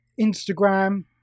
Instagram